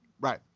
Right